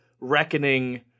reckoning